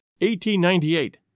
1898